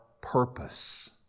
purpose